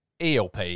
ELP